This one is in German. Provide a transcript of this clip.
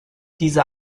diese